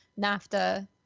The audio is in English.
NAFTA